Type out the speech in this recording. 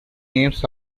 names